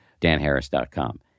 danharris.com